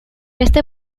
este